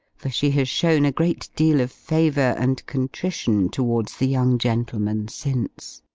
for she has shown a great deal of favour and contrition towards the young gentleman since.